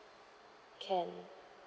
can